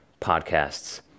podcasts